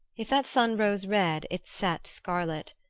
if that sun rose red it set scarlet.